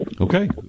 Okay